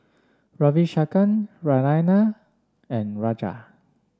Ravi Shankar Naraina and Raja